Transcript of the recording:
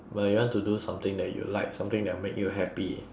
but you want to do something that you like something that will make you happy